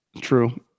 True